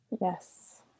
Yes